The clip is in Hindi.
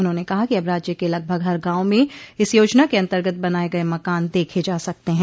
उन्होंने कहा कि अब राज्य के लगभग हर गाँव में इस योजना के अंतर्गत बनाए गये मकान देखे जा सकते हैं